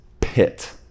pit